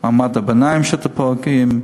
מעמד הביניים שאתם פה הורגים,